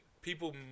people